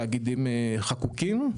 תאגידים חקוקים,